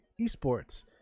esports